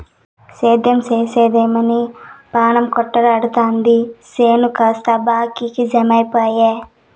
సేద్దెం సేద్దెమని పాణం కొటకలాడతాది చేను కాస్త బాకీకి జమైపాయె